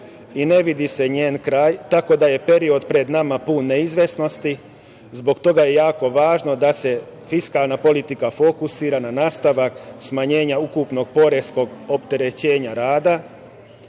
i ne vidi se njen kraj, tako da je period pred nama pun neizvesnosti. Zbog toga je jako važno da se fiskalna politika fokusira na nastavak smanjenja ukupnog poreskog opterećenja rada